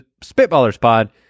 SpitballersPod